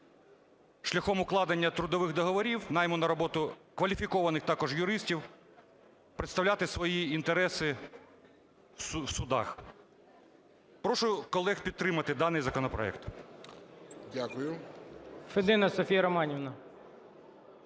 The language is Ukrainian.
шляхом укладення трудових договорів найму на роботу кваліфікованих також юристів представляти свої інтереси в судах. Прошу колег підтримати даний законопроект. ГОЛОВУЮЧИЙ. Дякую.